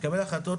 תקבל החלטות,